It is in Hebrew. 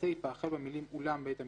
הסיפה החל במילים "אולם "בית המשפט""